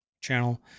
channel